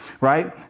right